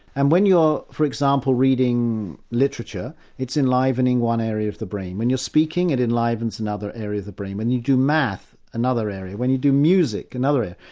and when you're for example reading literature, it's enlivening one area of the brain. when you're speaking it enlivens another area of the brain, when you do math another area, when you do music another area.